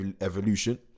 Evolution